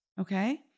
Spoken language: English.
Okay